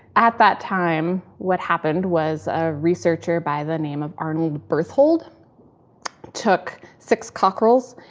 at that time, what happened was a researcher by the name of arnold berthold took six cockerels,